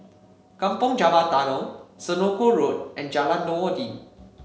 Kampong Java Tunnel Senoko Road and Jalan Noordin